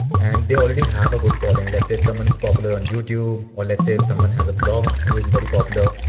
and they already have a good following, let's say someone is popular on youtube or let's say someone has a blog who is very popular.